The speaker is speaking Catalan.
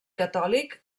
catòlic